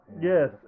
yes